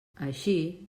així